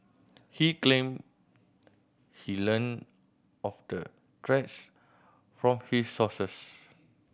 he claimed he learnt of the threats from his sources